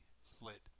slit